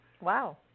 Wow